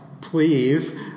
please